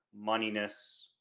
moneyness